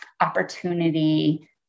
opportunity